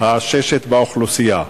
העששת באוכלוסייה,